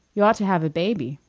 you ought to have a baby.